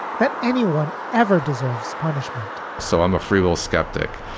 that anyone ever deserves punishment so i'm a freewheel skeptic.